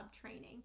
training